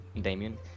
Damien